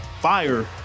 fire